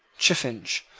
chiffinch,